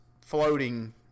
floating